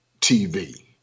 TV